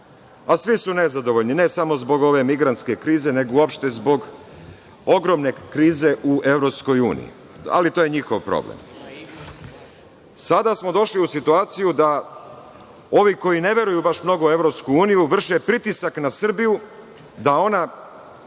Svi su nezadovoljni, ne samo zbog ove migrantske krize, nego uopšte zbog ogromne krize u EU. Ali, to je njihov problem. Sada smo došli u situaciju da ovi koji ne veruju mnogo u EU vrše pritisak na Srbiju da ona